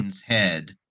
head